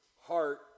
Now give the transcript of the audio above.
heart